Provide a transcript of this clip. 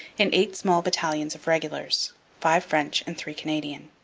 in eight small battalions of regulars five french and three canadian.